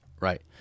Right